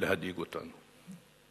להדאיג אותנו.